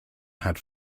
had